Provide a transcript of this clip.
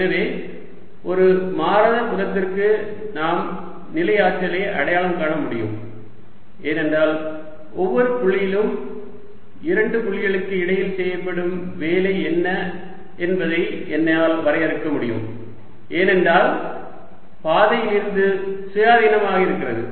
எனவே ஒரு மாறாத புலத்திற்கு நாம் நிலை ஆற்றலை அடையாளம் காண முடியும் ஏனென்றால் ஒவ்வொரு புள்ளியிலும் இரண்டு புள்ளிகளுக்கு இடையில் செய்யப்படும் வேலை என்ன என்பதை என்னால் வரையறுக்க முடியும் ஏனென்றால் பாதையிலிருந்து சுயாதீனமாக இருக்கிறது